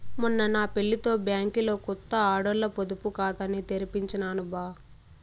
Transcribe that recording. మొన్న నా పెళ్లితో బ్యాంకిలో కొత్త ఆడోల్ల పొదుపు కాతాని తెరిపించినాను బా